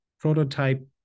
prototype